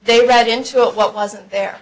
they read into it what wasn't there